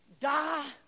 Die